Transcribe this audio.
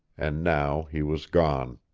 and now he was gone.